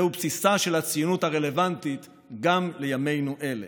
זהו בסיסה של הציונות הרלוונטית גם לימינו אלה.